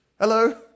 Hello